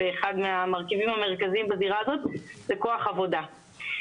אחד המרכיבים המרכזיים בזירה הזאת זה כוח עבודה.